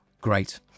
great